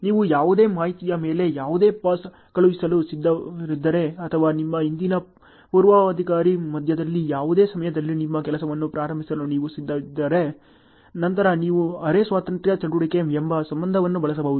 ನೀವು ಯಾವುದೇ ಮಾಹಿತಿಯ ಮೇಲೆ ಯಾವುದೇ ಪಾಸ್ ಕಳುಹಿಸಲು ಸಿದ್ಧರಿದ್ದರೆ ಅಥವಾ ನಿಮ್ಮ ಹಿಂದಿನ ಪೂರ್ವಾಧಿಕಾರಿ ಮಧ್ಯದಲ್ಲಿ ಯಾವುದೇ ಸಮಯದಲ್ಲಿ ನಿಮ್ಮ ಕೆಲಸವನ್ನು ಪ್ರಾರಂಭಿಸಲು ನೀವು ಸಿದ್ಧರಿದ್ದರೆ ನಂತರ ನೀವು ಅರೆ ಸ್ವಾತಂತ್ರ್ಯ ಚಟುವಟಿಕೆ ಎಂಬ ಸಂಬಂಧವನ್ನು ಬಳಸಬಹುದು